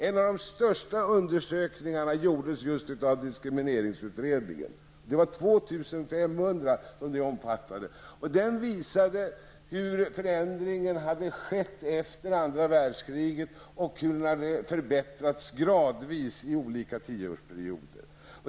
En av de största undersökningarna gjordes av diskrimineringsutredningen. Den undersökningen omfattade 2 500 personer. Undersökningen visade hur det skett en förändring efter andra världskriget och att inställningen förbättrats gradvis under olika tioårsperioder.